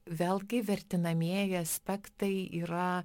vėlgi vertinamieji aspektai yra